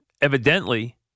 evidently